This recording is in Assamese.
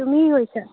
তুমি কি কৰিছা